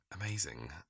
amazing